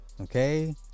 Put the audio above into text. Okay